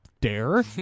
dare